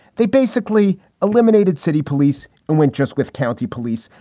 they basically eliminated city police and went just with county police.